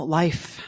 life